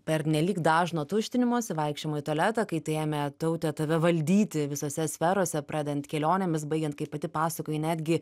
pernelyg dažno tuštinimosi vaikščiojau į tualetą kai tai ėmė taute tave valdyti visose sferose pradedant kelionėmis baigiant kaip pati pasakojai netgi